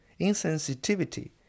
insensitivity